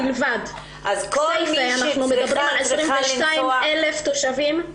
מדובר על 22,000 תושבים,